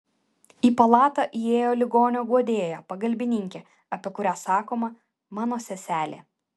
į palatą įėjo ligonio guodėja pagalbininkė apie kurią sakoma mano seselė